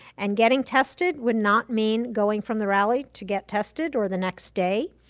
and getting tested would not mean going from the rally to get tested, or the next day,